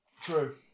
True